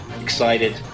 Excited